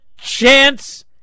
chance